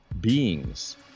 beings